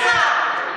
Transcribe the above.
תתבייש לך, תתבייש לך.